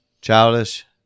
Childish